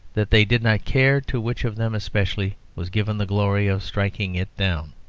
that they did not care to which of them especially was given the glory of striking it down.